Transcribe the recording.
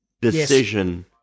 decision